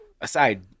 Aside